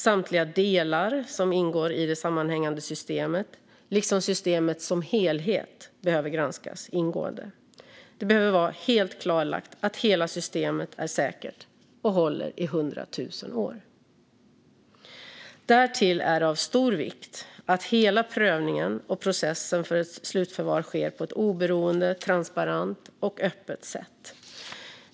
Samtliga delar som ingår i det sammanhängande systemet, liksom systemet som helhet, behöver granskas ingående. Det behöver vara helt klarlagt att hela systemet är säkert och håller i hundra tusen år. Därtill är det av stor vikt att hela prövningen av och processen för ett slutförvar sker på ett oberoende, transparent och öppet sätt.